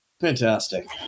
Fantastic